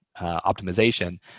optimization